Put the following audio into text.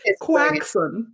Quaxon